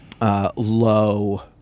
low